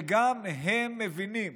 וגם הם מבינים